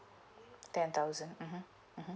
ten thousand mmhmm mmhmm